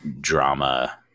drama